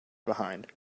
behind